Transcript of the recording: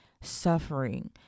suffering